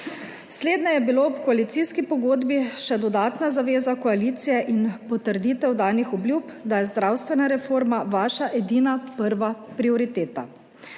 Slednje je bilo v koalicijski pogodbi še dodatna zaveza koalicije in potrditev danih obljub, da je zdravstvena reforma vaša edina prva **4.